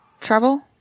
trouble